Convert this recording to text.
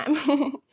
time